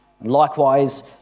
Likewise